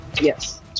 Yes